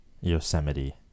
yosemite